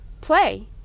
play